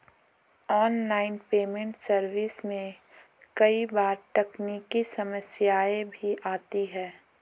online payment service में कई बार तकनीकी समस्याएं भी आती है